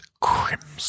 crimson